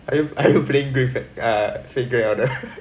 are you are you playing grief at err fate grand order